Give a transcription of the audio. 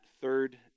third